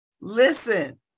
listen